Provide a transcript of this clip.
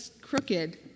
crooked